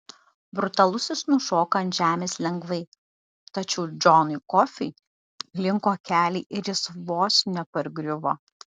brutalusis nušoko ant žemės lengvai tačiau džonui kofiui linko keliai ir jis vos nepargriuvo